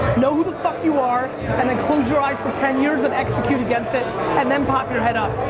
know who the fuck you are and then close your eyes for ten years and execute against it and then pop your head up.